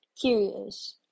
Curious